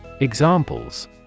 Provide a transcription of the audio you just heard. Examples